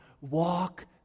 walk